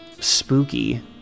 spooky